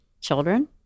children